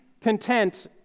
content